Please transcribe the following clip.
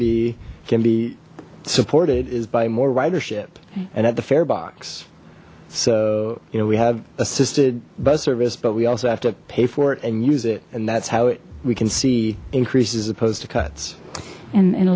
be can be supported is by more ridership and at the fare box so you know we have assisted bus service but we also have to pay for it and use it and that's how it we can see increases opposed to cuts and a